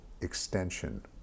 extension